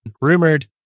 rumored